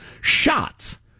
shots